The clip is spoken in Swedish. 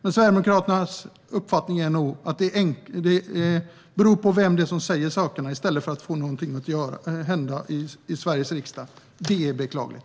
Men Sverigedemokraternas uppfattning är nog att vem som säger saker är viktigare än att få något att hända i Sveriges riksdag. Det är beklagligt.